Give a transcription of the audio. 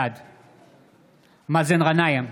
בעד מאזן גנאים,